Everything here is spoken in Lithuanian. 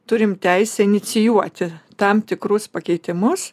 turim teisę inicijuoti tam tikrus pakeitimus